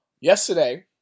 yesterday